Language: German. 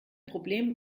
problem